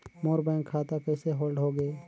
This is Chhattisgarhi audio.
मोर बैंक खाता कइसे होल्ड होगे?